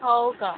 हो का